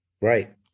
Right